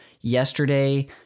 yesterday